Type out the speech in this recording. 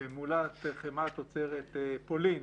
ומולה חמאה תוצרת פולין,